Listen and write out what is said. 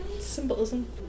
Symbolism